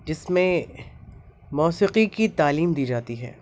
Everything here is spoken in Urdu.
جس میں موسیقی کی تعلیم دی جاتی ہے